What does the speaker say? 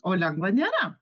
o lengva nėra